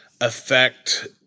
affect